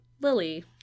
Lily